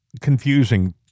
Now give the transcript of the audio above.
confusing